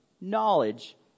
knowledge